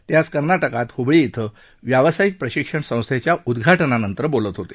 ते आज कर्नाटकात हुबळी श्वे व्यवसायिक प्रशिक्षण संस्थेच्या उद्घाटनानंतर बोलत होते